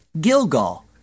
Gilgal